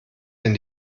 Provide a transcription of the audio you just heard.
denn